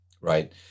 right